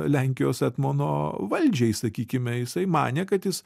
lenkijos etmono valdžiai sakykime jisai manė kad jis